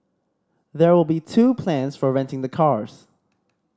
there will be two plans for renting the cars